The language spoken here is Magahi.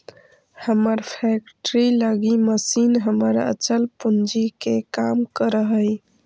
हमर फैक्ट्री लगी मशीन हमर अचल पूंजी के काम करऽ हइ